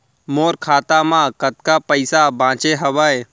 मोर खाता मा कतका पइसा बांचे हवय?